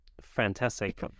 Fantastic